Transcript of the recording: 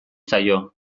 zaio